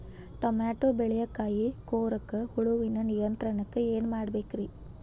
Tomato ಬೆಳೆಯ ಕಾಯಿ ಕೊರಕ ಹುಳುವಿನ ನಿಯಂತ್ರಣಕ್ಕ ಏನ್ ಮಾಡಬೇಕ್ರಿ?